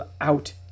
out